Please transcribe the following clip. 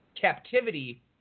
captivity